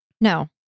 No